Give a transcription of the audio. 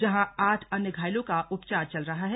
जब अन्य आठ अन्य घायलों का उपचार चल रहा है